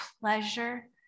pleasure